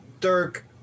Dirk